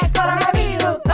coronavirus